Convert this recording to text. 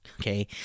Okay